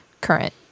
current